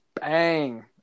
bang